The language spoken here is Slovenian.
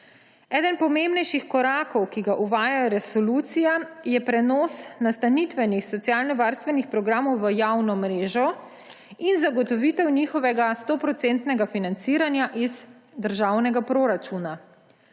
Eden pomembnejših korakov, ki ga uvaja resolucija, je prenos nastanitvenih socialnovarstvenih programov v javno mrežo in zagotovitev njihovega stoprocentnega financiranja iz državnega proračuna.